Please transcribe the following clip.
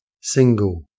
Single